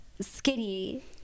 skinny